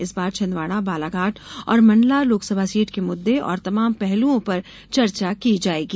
इस बार छिन्दवाड़ा बालाघाट और मंडला लोकसभा सीट के मुद्दे और तमाम पहलुओं पर चर्चा की जायेगी